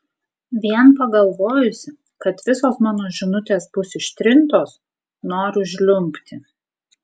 vien pagalvojusi kad visos mano žinutės bus ištrintos noriu žliumbti